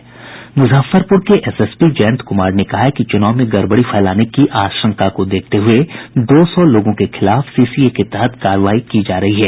मुजफ्फरपुर के S S P Jayant Kumar ने कहा है कि चुनाव में गड़बड़ी फैलाने की आशंका को देखते हुये दो सौ लोगों के खिलाफ सीसीए के तहत कार्रवाई की जा रही है